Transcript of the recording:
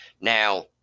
Now